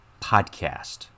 podcast